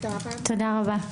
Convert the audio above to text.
תודה רבה.